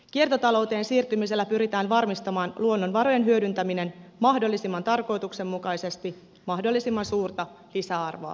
kiertotalouteen siirtymisellä pyritään varmistamaan luonnonvarojen hyödyntäminen mahdollisimman tarkoituksenmukaisesti mahdollisimman suurta lisäarvoa tuottaen